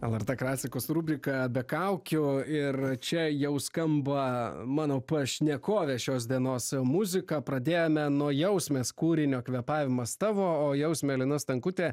lrt klasikos rubrika be kaukių ir čia jau skamba mano pašnekovė šios dienos muziką pradėjome nuo jausmės kūrinio kvėpavimas tavo o jausmė lina stankutė